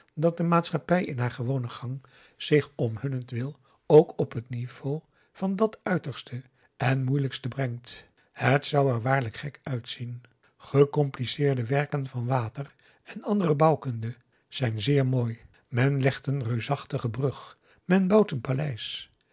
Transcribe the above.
dat de maatschappij in haar gewonen gang zich om hunnentwil ook op het n i v e a u van dat uiterste en moeilijkste brengt het zou er waarlijk gek uitzien gecompliceerde werken van water en andere bouwkunde zijn zeer mooi men legt een reusachtige brug men bouwt een paleis